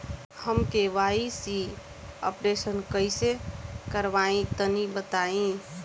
हम KYC updation कइसे करवाई तनि बताई?